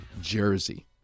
Jersey